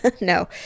No